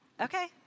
Okay